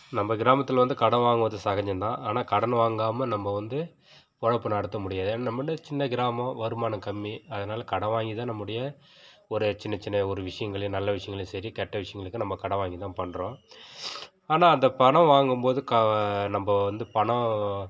நம்ம கிராமத்தில் வந்து கடன் வாங்குவது சகஜம் தான் ஆனால் கடன் வாங்காம நம்ம வந்து பொழப்பு நடத்தை முடியாது ஏன்னால் நம்ம வந்து சின்ன கிராமம் வருமானம் கம்மி அதனால் கடன் வாங்கி தான் நம்முடைய ஒரு சின்ன சின்ன ஒரு விஷயங்களையும் நல்ல விஷயங்களையும் சரி கெட்ட விஷயங்களுக்கு நம்ம கடன் வாங்கி தான் பண்ணுறோம் ஆனால் அந்த பணம் வாங்கும்போது க நம்ம வந்து பணம்